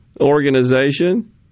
organization